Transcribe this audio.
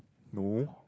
no